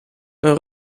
een